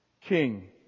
King